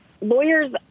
Lawyers